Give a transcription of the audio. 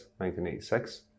1986